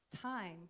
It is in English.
time